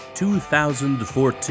2014